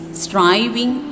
striving